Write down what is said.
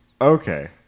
okay